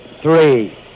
three